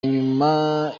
nyuma